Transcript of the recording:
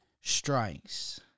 strikes